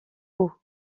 haut